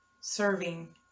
Serving